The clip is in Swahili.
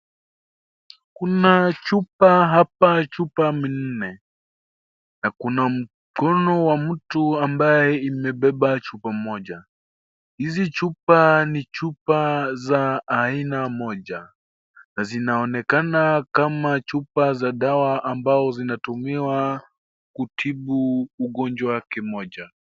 Kuna chupa hapa chupa ni nne, na kuna mkono ya mtu ambaye imebeba chupa moja, hizi chupa ni chupa za aina moja, na zinaonekana kama chupa za dawa amabo zinatumiwa kutibu ugonjwa kimoja.